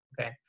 okay